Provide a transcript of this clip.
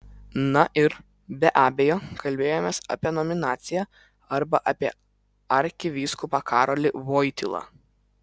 na ir be abejo kalbėjomės apie nominaciją arba apie arkivyskupą karolį voitylą